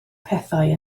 pethau